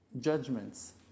judgments